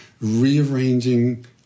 rearranging